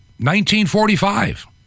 1945